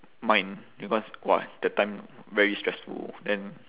mind because !wah! that time very stressful then